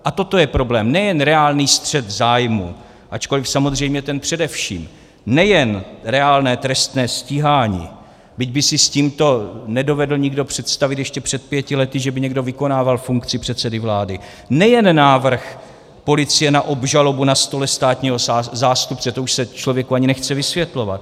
A toto je problém nejen reálný střet zájmů, ačkoli samozřejmě ten především, nejen reálné trestné stíhání, byť by si s tímto nedovedl nikdo představit ještě před pěti lety, že by někdo vykonával funkci předsedy vlády, nejen návrh policie na obžalobu na stole státního zástupce to už se člověku ani nechce vysvětlovat.